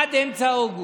עד אמצע אוגוסט.